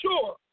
sure